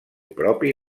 propi